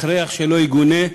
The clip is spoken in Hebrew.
הכרח שלא יגונה,